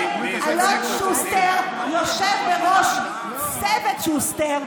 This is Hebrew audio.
אלון שוסטר יושב בראש צוות שוסטר,